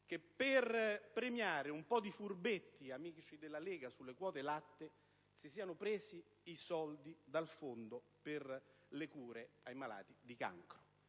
che, per premiare un po' di furbetti amici della Lega Nord, sulle quote latte si siano presi i soldi dal fondo per le cure ai malati di cancro.